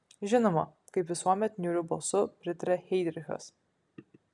žinoma kaip visuomet niūriu balsu pritarė heidrichas